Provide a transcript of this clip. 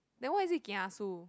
then why is it